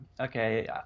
Okay